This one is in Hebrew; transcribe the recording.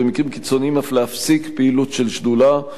ובמקרים קיצוניים אף להפסיק פעילות של שדולה.